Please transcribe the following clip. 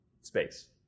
space